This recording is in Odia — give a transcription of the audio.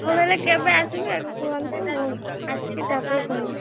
ହଉ ହେଲେ କେବେ ଆସିବି ଆଗ କୁହନ୍ତୁ ଆସିକି ତା'ପରେ କହିବି